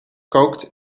kookt